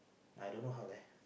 I don't know how ah